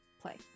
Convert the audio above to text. play